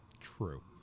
true